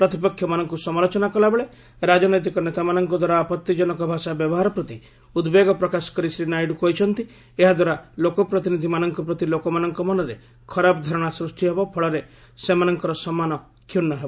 ପ୍ରତିପକ୍ଷମାନଙ୍କୁ ସମାଲୋଚନା କଲାବେଳେ ରାଜନୈତିକ ନେତାମାନଙ୍କ ଦ୍ୱାରା ଆପଭିଜନକ ଭାଷା ବ୍ୟବହାର ପ୍ରତି ଉଦ୍ବେଗ ପ୍ରକାଶ କରି ଶ୍ରୀ ନାଇଡୁ କହିଛନ୍ତି ଏହାଦ୍ୱାରା ଲୋକପ୍ରତିନିଧିମାନଙ୍କ ପ୍ରତି ଲୋକମାନଙ୍କ ମନରେ ଖରାପ ଧାରଣା ସୃଷ୍ଟି ହେବ ଫଳରେ ସେମାନଙ୍କର ସମ୍ମାନଳ କ୍ଷୂର୍ଣ୍ଣ ହେବ